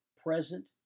present